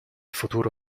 futuro